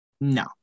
no